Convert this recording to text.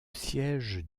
siège